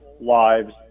lives